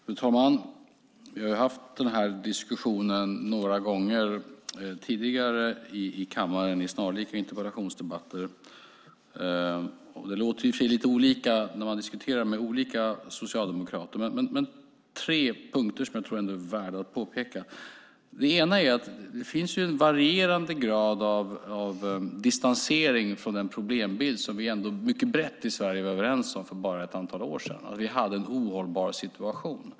Fru talman! Vi har haft denna diskussion några gånger tidigare i kammaren i snarlika interpellationsdebatter. Det låter i och för sig lite olika när man diskuterar med olika socialdemokrater. Men det är tre punkter som jag tror är värda att påpeka. Den ena är att det finns en varierande grad av distansering från den problembild som vi ändå mycket brett var överens om i Sverige för bara ett antal år sedan om att vi hade en ohållbar situation.